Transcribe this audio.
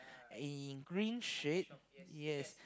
in green shade yes